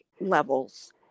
levels